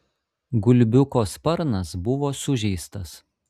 gulbiuko sparnas buvo sužeistas